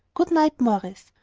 good-night, morris.